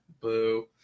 Boo